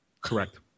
Correct